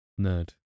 Nerd